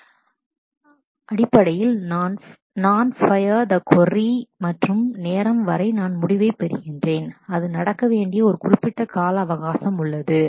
real time என்பது அடிப்படையில் நான் fire the query fire the query மற்றும் நேரம் வரை நான் முடிவைப் பெறுகிறேன் அது நடக்க வேண்டிய ஒரு குறிப்பிட்ட கால அவகாசம் உள்ளது